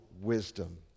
wisdom